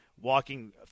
walking